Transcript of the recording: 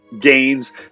gains